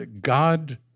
God